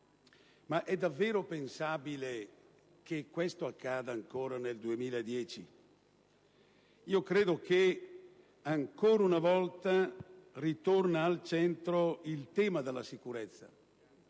Ma è davvero pensabile che questo accada ancora nel 2010? Credo che ancora una volta torni al centro il tema della sicurezza,